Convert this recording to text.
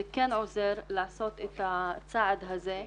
זה כן עוזר לעשות את הצעד הזה,